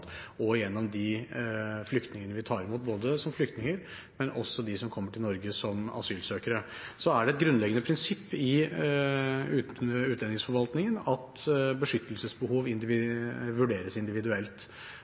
og gjennom de flyktningene vi tar imot, ikke bare som flyktninger, men også de som kommer til Norge som asylsøkere. Så er det et grunnleggende prinsipp i utlendingsforvaltningen at beskyttelsesbehov vurderes individuelt.